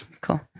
Cool